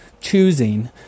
choosing